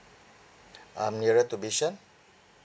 um nearer to bishan